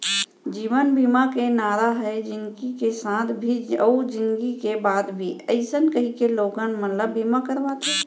जीवन बीमा के नारा हे जिनगी के साथ भी अउ जिनगी के बाद भी अइसन कहिके लोगन मन ल बीमा करवाथे